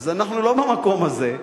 אז אנחנו לא במקום הזה,